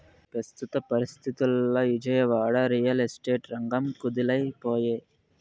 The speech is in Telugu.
పెస్తుత పరిస్తితుల్ల ఇజయవాడ, రియల్ ఎస్టేట్ రంగం కుదేలై పాయె